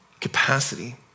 capacity